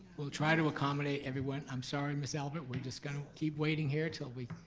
we'll try to accommodate everyone. i'm sorry miss albert we've just gotta keep waiting here til we.